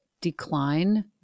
decline